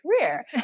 career